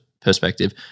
perspective